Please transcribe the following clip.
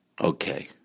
Okay